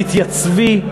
תתייצבי,